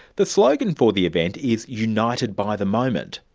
the slogan for the event is united by the moment,